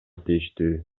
тийиштүү